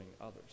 others